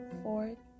fourth